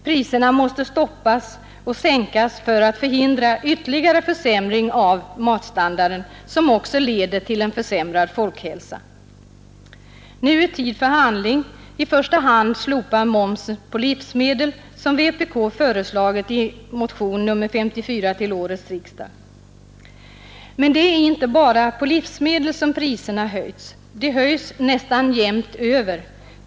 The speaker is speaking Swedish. Priserna måste stoppas och sänkas för att förhindra ytterligare försämring av matstandarden, som också leder till en försämrad folkhälsa. Nu är tid för handling, i första hand för att slopa momsen på livsmedel, såsom vpk föreslagit i motion nr 54 till årets riksdag. Det är inte bara på livsmedel som priserna höjts. De höjs nästan jämnt över.